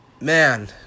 Man